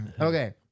Okay